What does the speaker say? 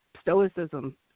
stoicism